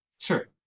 Sure